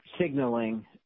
signaling